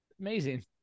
amazing